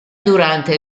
durante